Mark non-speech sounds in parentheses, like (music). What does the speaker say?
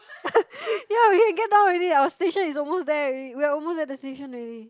(laughs) yeah we can get down already our station is almost there already we are almost at the station already